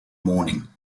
morning